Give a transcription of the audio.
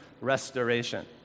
restoration